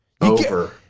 Over